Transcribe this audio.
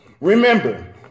Remember